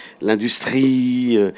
l'industrie